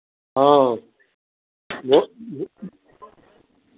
हँ भोट